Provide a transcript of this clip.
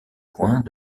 coins